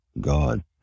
God